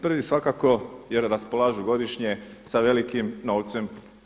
Prvi je svakako jer raspolažu godišnje sa velikim novcem.